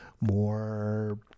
more